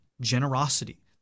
generosity